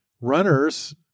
runners